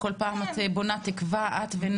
כל פעם את ונועה בונות תקוות והמשפחה